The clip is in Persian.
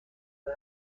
مبر